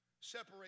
separate